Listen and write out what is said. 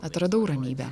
atradau ramybę